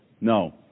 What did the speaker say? No